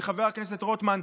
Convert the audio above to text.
מחבר הכנסת רוטמן: